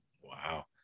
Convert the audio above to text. wow